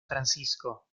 francisco